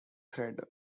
thread